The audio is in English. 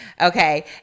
Okay